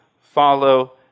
follow